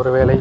ஒரு வேளை